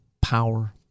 power